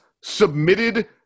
submitted